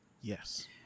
Yes